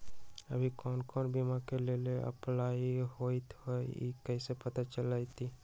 अभी कौन कौन बीमा के लेल अपलाइ होईत हई ई कईसे पता चलतई?